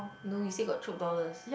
no he say got Chope dollars